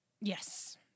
Yes